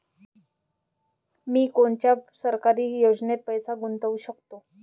मी कोनच्या सरकारी योजनेत पैसा गुतवू शकतो?